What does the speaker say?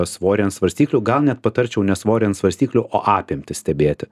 svorį ant svarstyklių gal net patarčiau ne svorį ant svarstyklių o apimtis stebėti